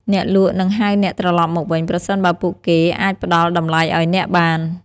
អ្នកលក់នឹងហៅអ្នកត្រឡប់មកវិញ ប្រសិនបើពួកគេអាចផ្តល់តម្លៃឱ្យអ្នកបាន។